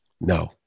no